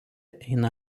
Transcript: eina